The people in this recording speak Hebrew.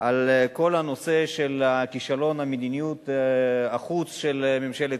על כל הנושא של כישלון מדיניות החוץ של ממשלת